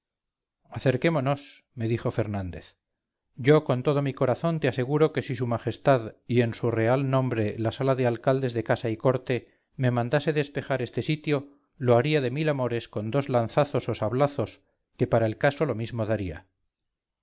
acerquémonos me dijo fernández yocon todo mi corazón te aseguro que si su majestad y en su real nombre la sala de alcaldes de casa y corte me mandase despejar este sitio lo haría de mil amores con dos lanzazos o sablazos que para el caso lo mismo daría